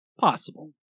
possible